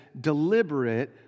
deliberate